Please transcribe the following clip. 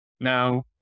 Now